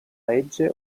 regge